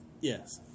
Yes